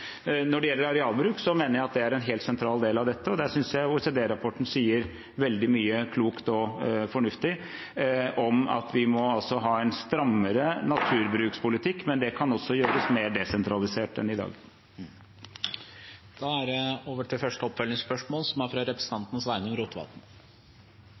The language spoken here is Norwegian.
Når det gjelder arealbruk, mener jeg at det er en helt sentral del av dette. Der synes jeg OECD-rapporten sier veldig mye klokt og fornuftig om at vi må ha en strammere naturbrukspolitikk, men det kan også gjøres mer desentralisert enn i dag. Det blir oppfølgingsspørsmål – først Sveinung Rotevatn. Eg vil gjerne stille eit oppfølgingsspørsmål